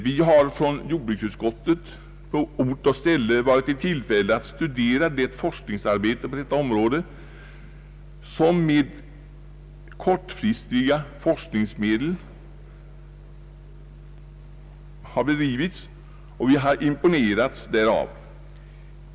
Vi inom jordbruksutskottet har på ort och ställe varit i tillfälle att studera det forskningsarbete på detta område som med kortfristiga forskningsmedel har bedrivits, och vi har imponerats därav.